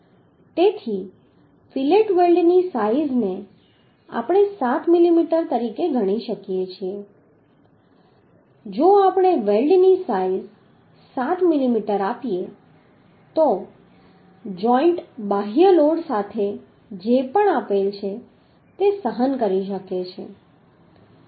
તેથી ફીલેટ વેલ્ડની સાઈઝને આપણે 7 મિલીમીટર ગણી શકીએ જો આપણે વેલ્ડની સાઈઝ 7 મિલીમીટર આપીએ તો જોઈન્ટ બાહ્ય લોડ સાથે જે પણ આપેલ છે તે સહન કરી શકે છે